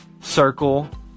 circle